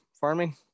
farming